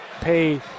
pay